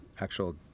actual